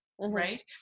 right